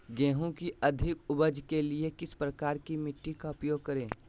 गेंहू की अधिक उपज के लिए किस प्रकार की मिट्टी का उपयोग करे?